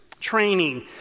training